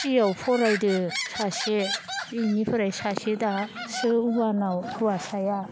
ट्रियाव फरायदो सासे इनिफ्राय सासे दासो अवानआव हुवासाया